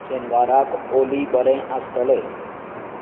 शेनवाराक ओली बरें आसतलें